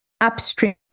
upstream